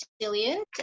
resilient